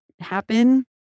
happen